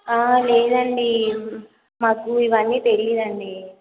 లేదండి మాకు ఇవ్వన్నీ తెలియదు అండి